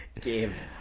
give